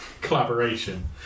Collaboration